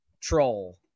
troll